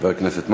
חבר הכנסת מקלב.